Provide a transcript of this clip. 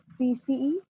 BCE